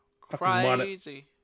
Crazy